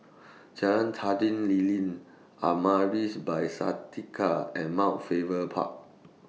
Jalan Lilin Amaris By Santika and Mount Faber Park